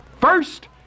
First